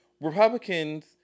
Republicans